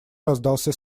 раздался